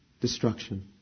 destruction